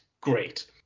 great